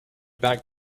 back